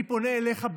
אני פונה אליך,